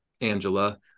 Angela